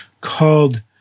called